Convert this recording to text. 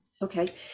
Okay